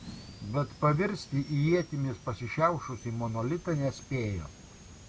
bet pavirsti į ietimis pasišiaušusį monolitą nespėjo